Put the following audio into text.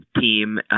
team